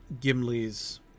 Gimli's